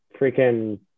freaking